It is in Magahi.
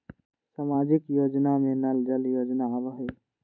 सामाजिक योजना में नल जल योजना आवहई?